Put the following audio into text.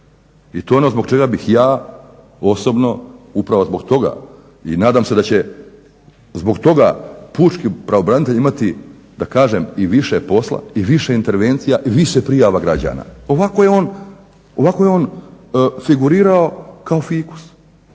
i to je ono zbog čega bih ja osobno upravo zbog toga i nadam se da će zbog toga pučki pravobranitelj imati i više posla i više intervencija i više prijava građana. Ovako je on figurirao kao fikus,